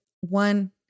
one